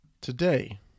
today